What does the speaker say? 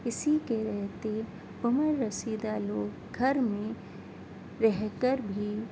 اسی کے رہتے عمر رسیدہ لوگ گھر میں رہ کر بھی